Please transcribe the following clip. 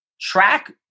track